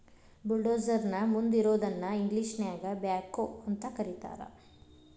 bulldozer ನ ಮುಂದ್ ಇರೋದನ್ನ ಇಂಗ್ಲೇಷನ್ಯಾಗ ಬ್ಯಾಕ್ಹೊ ಅಂತ ಕರಿತಾರ್